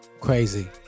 crazy